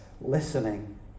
listening